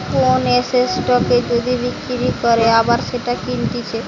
কোন এসেটকে যদি বিক্রি করে আবার সেটা কিনতেছে